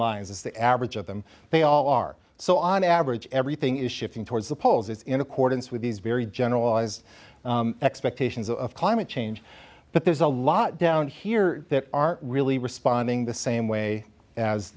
lines as the average of them they all are so on average everything is shifting towards the polls in accordance with these very generalized expectations of climate change but there's a lot down here that aren't really responding the same way as